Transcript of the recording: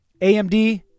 AMD